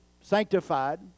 sanctified